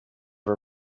her